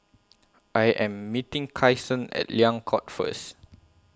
I Am meeting Kyson At Liang Court First